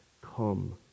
come